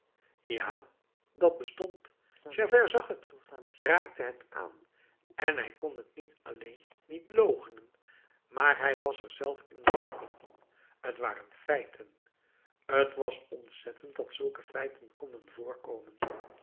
ja dat bestond javert zag het raakte het aan en hij kon het niet alleen niet loochenen maar hij was er zelf in betrokken t waren feiten t was ontzettend dat zulke feiten konden voorkomen